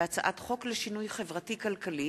בהצעת חוק לשינוי חברתי-כלכלי